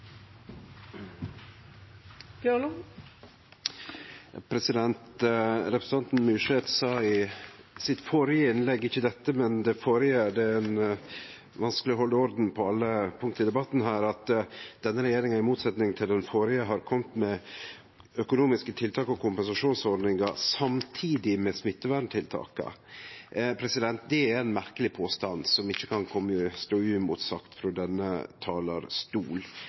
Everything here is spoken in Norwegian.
er vanskeleg å halde orden på alle punkta i debatten her – at denne regjeringa i motsetning til den førre har kome med økonomiske tiltak og kompensasjonsordningar samtidig med smitteverntiltaka. Det er ein merkeleg påstand som ikkje kan stå uimotsagd frå denne